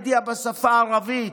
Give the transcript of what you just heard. מדיה בשפה הערבית,